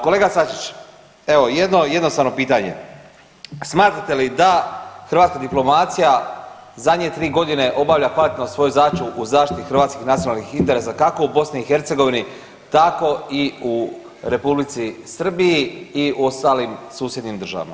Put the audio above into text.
Kolega Sačić, evo jedno jednostavno pitanje, smatrate li da hrvatska diplomacija zadnje 3.g. obavlja kvalitetno svoju zadaću u zaštiti hrvatskih nacionalnih interesa, kako u BiH tako i u Republici Srbiji i u ostalim susjednim državama?